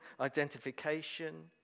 identification